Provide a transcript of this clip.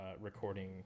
recording